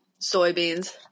soybeans